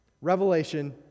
Revelation